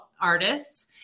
artists